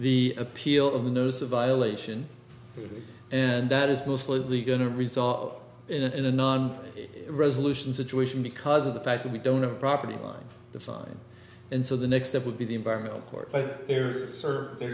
the appeal of those a violation and that is most likely going to result in a non resolution situation because of the fact that we don't have a property on the side and so the next step would be the environmental